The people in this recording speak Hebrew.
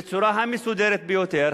בצורה המסודרת ביותר,